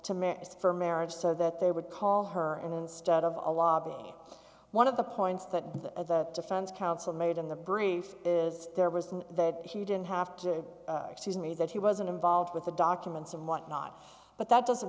minister for marriage so that they would call her and instead of a law one of the points that the defense counsel made in the brief is there was that he didn't have to excuse me that he wasn't involved with the documents and whatnot but that doesn't